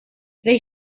they